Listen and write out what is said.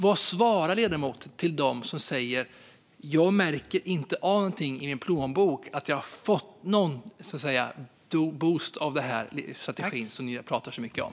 Vad svarar ledamoten dem som säger att de inte märker av i sin plånbok att de har fått någon boost av den strategi som det pratas så mycket om?